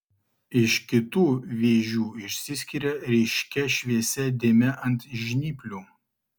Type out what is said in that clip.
iš kitų vėžių išsiskiria ryškia šviesia dėme ant žnyplių